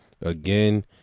Again